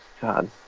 God